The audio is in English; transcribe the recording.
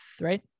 right